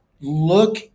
look